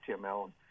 HTML